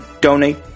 donate